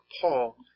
Paul